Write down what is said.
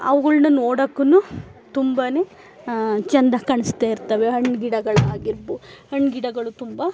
ಅವುಗಳ್ನ ನೋಡೋಕ್ಕು ತುಂಬ ಚೆಂದ ಕಾಣಿಸ್ತಾ ಇರ್ತವೆ ಹಣ್ಣು ಗಿಡಗಳು ಆಗಿರ್ಬೋದು ಹಣ್ಣು ಗಿಡಗಳು ತುಂಬ